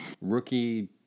rookie